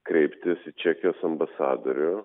kreiptis į čekijos ambasadorių